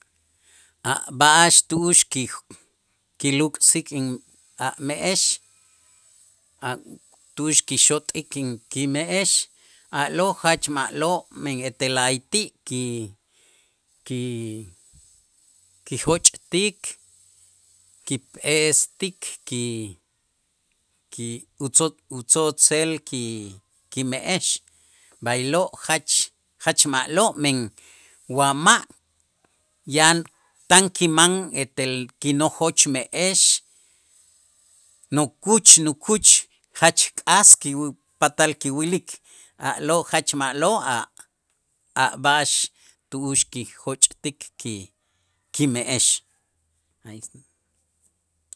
A' b'a'ax tu'ux kij- kinluk'sik in a' me'ex a' tu'ux kixot'ik in kime'ex a'lo' jach ma'lo', men ete la'ayti' ki- kijoch'tik ki estik ki utzo utzo'otzel ki- kime'ex b'aylo', jach jach ma'lo' men wa ma' yan tan kiman etel kinojoch me'ex nukuch nukuch jach k'as kiw patal kiwilik a'lo' jach ma'lo' a' a' b'a'ax tu'ux kijoch'tik ki- kime'ex. alli esta